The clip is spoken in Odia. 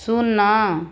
ଶୂନ